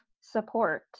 support